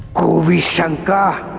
kovi shanka,